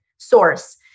source